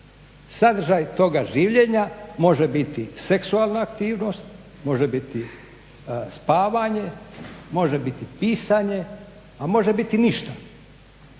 Sadržaj toga življenja može biti seksualna aktivnost, može biti spavanje, može biti pisanje, a može biti ništa.